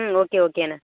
ம் ஓகே ஓகேண்ணே